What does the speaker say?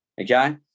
okay